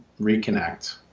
reconnect